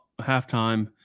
halftime